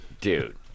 Dude